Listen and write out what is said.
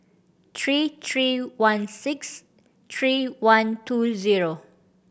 three three one six three one two zero